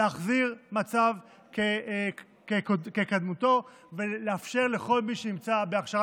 להחזיר את המצב לקדמותו ולאפשר לכל מי שנמצא בהכשרה